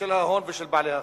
ההון ושל בעלי החברות.